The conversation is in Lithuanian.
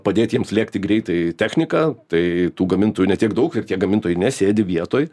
padėti jiems lėkti greitai techniką tai tų gamintojų ne tiek daug ir tie gamintojai nesėdi vietoj